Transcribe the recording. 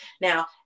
Now